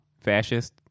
fascist